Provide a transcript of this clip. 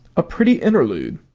a pretty interlude,